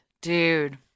Dude